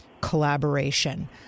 collaboration